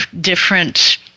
different